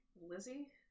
Lizzie